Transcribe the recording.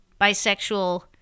bisexual